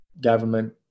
government